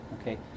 Okay